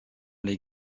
les